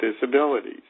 disabilities